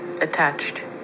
attached